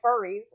furries